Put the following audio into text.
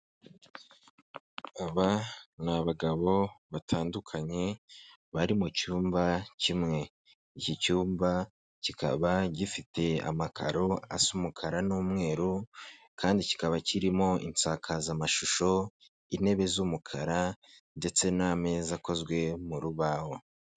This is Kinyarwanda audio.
Aba ni abagabo batandukanye bari mu cyumba kimwe, iki cyumba kikaba gifite amakaro asa umukara n'umweru kandi kikaba kirimo insakazamashusho, intebe z'umukara ndetse n'ameza akozwe mu rubaho.